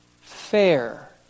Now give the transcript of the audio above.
fair